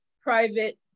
private